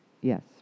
Yes